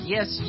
Yes